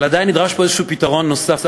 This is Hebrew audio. אבל עדיין נדרש פה פתרון נוסף אחר.